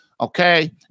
okay